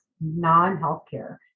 non-healthcare